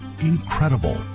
Incredible